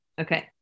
okay